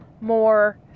more